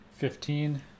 Fifteen